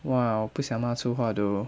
!wah! 我不想骂粗话 though